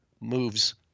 moves